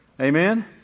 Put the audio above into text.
Amen